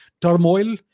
turmoil